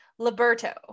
liberto